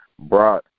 Brought